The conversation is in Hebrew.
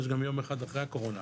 יש גם יום אחד אחרי הקורונה.